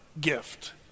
gift